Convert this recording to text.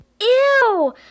Ew